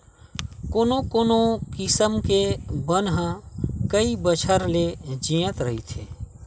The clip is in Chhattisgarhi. कोनो कोनो किसम के बन ह कइ बछर ले जियत रहिथे